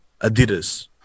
Adidas